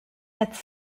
its